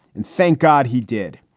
and thank god he did.